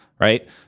right